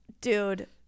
Dude